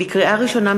לקריאה ראשונה,